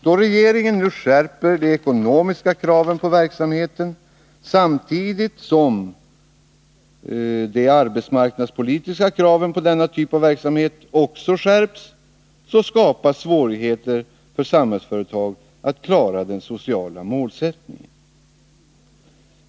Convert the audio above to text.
Då regeringen nu skärper de ekonomiska kraven på verksamheten samtidigt som de arbetsmarknadspolitiska kraven på denna typ av verksamhet också skärps, skapas svårigheter för Samhällsföretag att klara den sociala målsättningen.